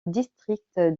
district